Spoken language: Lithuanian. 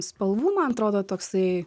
spalvų man atrodo toksai